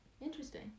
Interesting